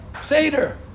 Seder